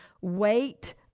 Wait